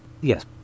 yes